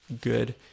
good